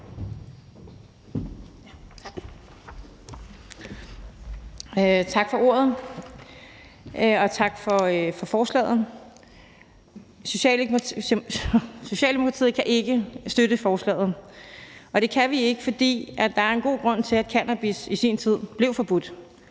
Tak for ordet, og tak for forslaget. Socialdemokratiet kan ikke støtte forslaget, og det kan vi ikke, fordi der er en god grund til, at cannabis i sin tid blev forbudt.